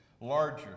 larger